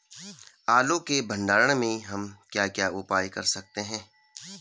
आलू के भंडारण में हम क्या क्या उपाय कर सकते हैं?